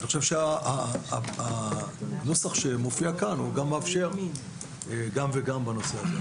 אני חושב שהנוסח שמופיע כאן מאפשר גם וגם בנושא הזה.